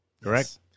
correct